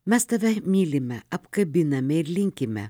mes tave mylime apkabiname ir linkime